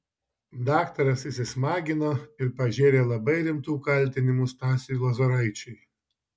daktaras įsismagino ir pažėrė labai rimtų kaltinimų stasiui lozoraičiui